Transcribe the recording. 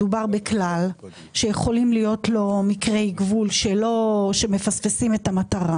מדובר בכלל שיכולים להיות לו מקרי גבול שמפספסים את המטרה